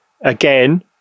Again